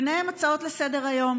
וביניהם הצעות לסדר-היום,